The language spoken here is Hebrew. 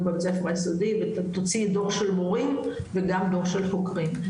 בבתי הספר היסודי ותוציא דור של מורים וגם דור של חוקרים,